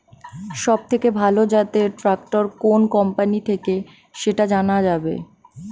সবথেকে ভালো জাতের ট্রাক্টর কোন কোম্পানি থেকে সেটা জানা যাবে?